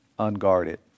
unguarded